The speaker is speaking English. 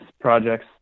projects